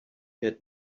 had